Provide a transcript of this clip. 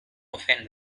often